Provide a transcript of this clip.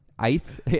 Ice